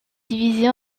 divisée